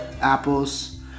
apples